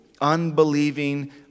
unbelieving